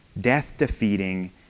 death-defeating